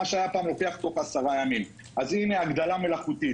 מה שהיה פעם לוקח 10 ימים אז הנה הגדלה מלאכותית.